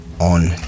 on